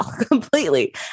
completely